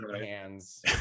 hands